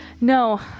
No